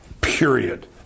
period